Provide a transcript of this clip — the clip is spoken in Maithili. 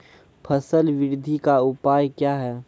फसल बृद्धि का उपाय क्या हैं?